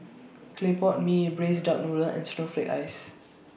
Clay Pot Mee Braised Duck Noodle and Snowflake Ice